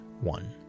one